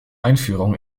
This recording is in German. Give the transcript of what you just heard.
einführung